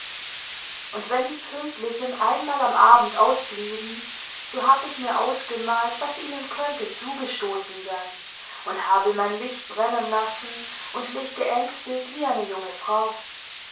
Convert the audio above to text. und wenn die pünktlichen einmal am abend ausblieben so hab ich mir ausgemalt was ihnen könnte zugestoßen sein und habe mein licht brennen lassen und mich geängstigt wie eine junge frau